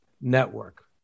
network